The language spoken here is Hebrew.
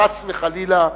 חס וחלילה,